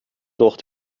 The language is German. durch